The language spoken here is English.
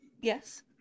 yes